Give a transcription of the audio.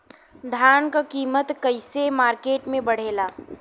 धान क कीमत कईसे मार्केट में बड़ेला?